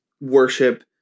worship